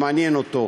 שמה שמעניין אותו,